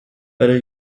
better